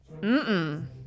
Mm-mm